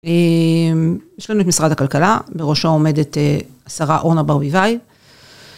יש לנו את משרד הכלכלה, בראשו עומדת השרה אורנה ברביבאי.